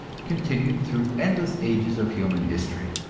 continued through endless ages of human history.